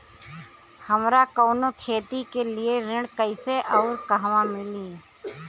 हमरा कवनो खेती के लिये ऋण कइसे अउर कहवा मिली?